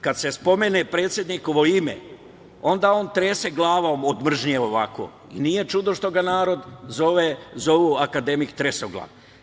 Kada se spomene predsednikovo ime onda on trese glavom od mržnje ovako i nije čudo što ga narod zovu akademik „tresoglav“